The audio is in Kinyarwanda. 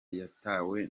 yatewe